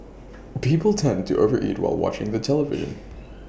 people tend to overeat while watching the television